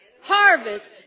harvest